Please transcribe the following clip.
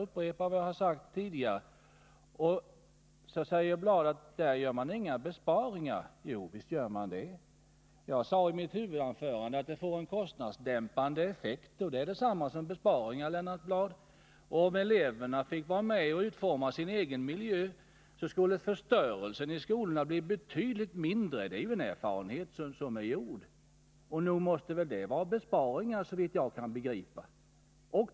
Lennart Bladh säger att man inte gör några besparingar på det området, men visst gör man det. Jag sade i mitt huvudanförande att en elevmedverkan skulle få en kostnadsdämpande effekt, och det är detsamma som besparingar, Lennart Bladh. Om eleverna fick vara med och utforma sin egen miljö, så skulle förstörelsen i skolorna bli betydligt mindre. Det vet vi ju av erfarenhet. Detta måste innebära besparingar, såvitt jag kan begripa.